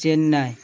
Chennai